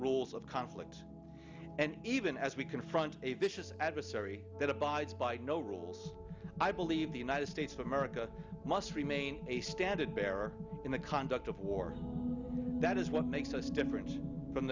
rules of conflict and even as we confront a vicious adversary that abides by no rules i believe the united states of america must remain a standard bearer in the conduct of war that is what makes us different from